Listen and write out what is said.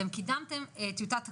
אתם קידמתם טיוטת תקנות.